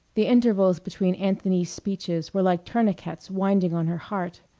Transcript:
the intervals between anthony's speeches were like tourniquets winding on her heart.